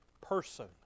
person